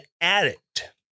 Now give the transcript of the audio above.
addict